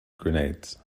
grenades